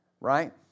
Right